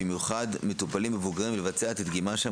במיוחד מטופלים מבוגרים לבצע את הדגימה שם